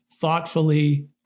thoughtfully